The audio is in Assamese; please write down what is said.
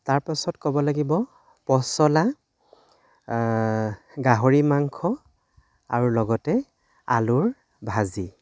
তাৰপাছত ক'ব লাগিব পচলা গাহৰি মাংস আৰু লগতে আলুৰ ভাজি